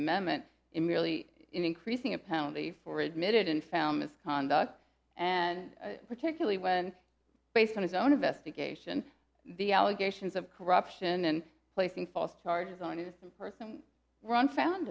amendment in merely increasing a penalty for admitted and found misconduct and particularly when based on his own investigation the allegations of corruption and placing false charges on his person